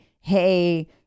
Hey